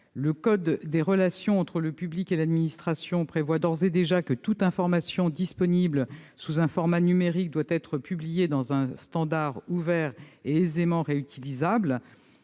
Le code des relations entre le public et l'administration prévoit d'ores et déjà que toute information disponible sous un format numérique doit être publiée dans un standard ouvert et aisément réutilisable.